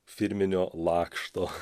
firminio lakšto